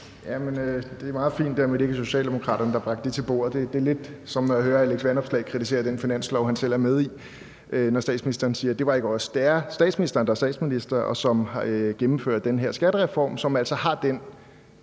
Det her med, at det ikke er Socialdemokraterne, der har bragt det til bordet, er meget fint. Det er lidt som at høre Alex Vanopslagh kritisere den finanslov, han selv er med i, når statsministeren siger: Det var ikke os. Det er statsministeren, der er statsminister, og som gennemfører den her skattereform, som altså har den